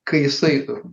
kai jisai